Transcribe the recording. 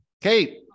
Kate